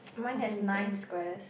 mine has nine squares